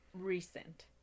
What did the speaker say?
recent